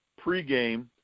pregame